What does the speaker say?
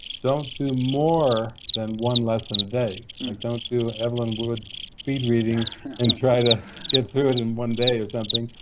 don't do more than one lesson a day. so like don't do evelyn woods speed-reading and try to get through it in one day or something.